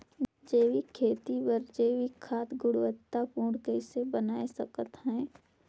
जैविक खेती बर जैविक खाद गुणवत्ता पूर्ण कइसे बनाय सकत हैं?